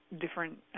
different